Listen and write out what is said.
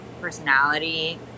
personality